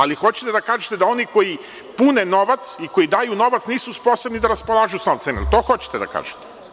Ali, hoćete da kažete da oni koji pune novac, i koji daju novac, nisu sposobni da raspolažu sa novcem, da li to hoćete da kažete?